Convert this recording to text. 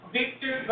Victor